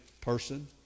person